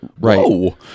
Right